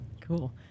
Cool